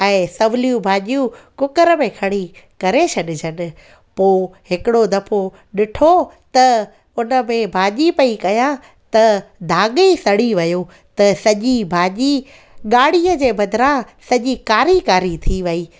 ऐं सवली भाॼियूं कुकर में खणी करे छॾिजनि पोइ हिकिड़ो दफ़ो ॾिठो त हुन में भाॼी पेई कयां त दाग ई सड़ी वियो त सॼी भाॼी ॻाढ़ीअ जे बदिरां सॼी कारी कारी थी वई